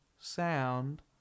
sound